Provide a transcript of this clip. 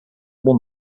won